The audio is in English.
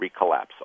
recollapse